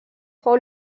frau